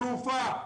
תעופה,